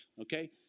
okay